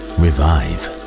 revive